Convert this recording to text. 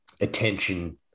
attention